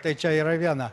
tai čia yra viena